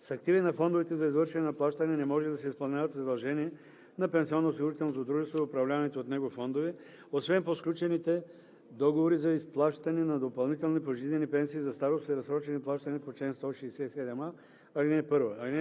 С активи на фондовете за извършване на плащания не може да се изпълняват задължения на пенсионноосигурителното дружество и управляваните от него фондове, освен по сключените договори за изплащане на допълнителни пожизнени пенсии за старост и разсрочени плащания по чл. 167а, ал. 1.